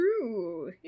True